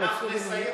נסכם